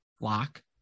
lock